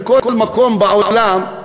בכל מקום בעולם,